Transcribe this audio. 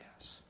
yes